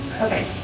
Okay